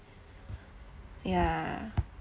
yeah